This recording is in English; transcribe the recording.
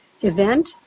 event